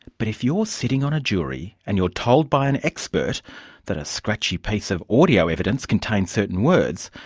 but if you're sitting on a jury, and you're told by an expert that a scratchy piece of audio evidence contains certain words,